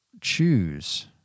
choose